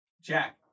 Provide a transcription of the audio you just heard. Jack